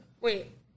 Wait